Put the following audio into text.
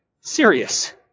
serious